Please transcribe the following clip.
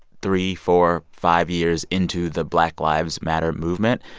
three, four, five years into the black lives matter movement.